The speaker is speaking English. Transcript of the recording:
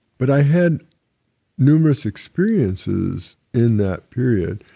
but i had numerous experiences in that period.